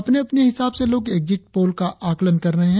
अपने अपने हिसाब से लोग एक्जिट पोल का आकलन कर रहे है